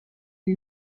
est